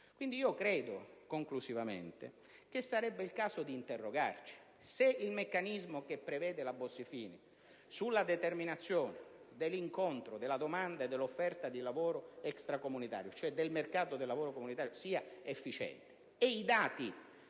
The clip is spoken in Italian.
Governo. Credo, conclusivamente, che sarebbe il caso di interrogarci se il meccanismo della cosiddetta legge Bossi‑Fini sulla determinazione dell'incontro della domanda e dell'offerta di lavoro extracomunitario, cioè del mercato del lavoro extracomunitario, sia efficiente.